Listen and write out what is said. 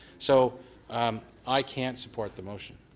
so i can't support the motion.